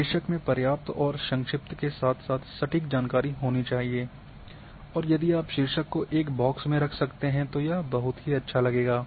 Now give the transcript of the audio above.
शीर्षक में पर्याप्त और संक्षिप्त के साथ साथ सटीक जानकारी होनी चाहिए और यदि आप शीर्षक को एक बॉक्स रख सकते हैं तो यह बहुत अच्छा लगेगा